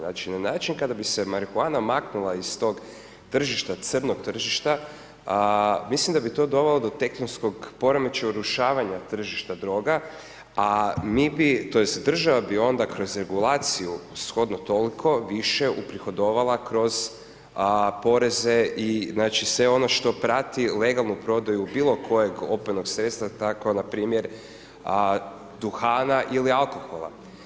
Znači, na način kada bi se marihuana maknula iz tog tržišta, crnog tržišta, mislim da bi to dovelo do tektonskog poremećaja urušavanja tržišta droga, a mi bi tj. država bi onda kroz regulaciju shodno toliko više uprihodovala kroz poreze i znači, sve ono što prati legalnu prodaju bilo kojeg opojnog sredstva, tako npr. duhana ili alkohola.